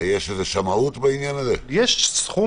אני חושב